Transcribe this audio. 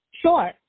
Sure